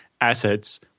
assets